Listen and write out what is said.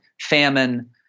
famine